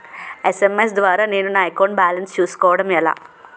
SMS ద్వారా నేను నా అకౌంట్ బాలన్స్ చూసుకోవడం ఎలా?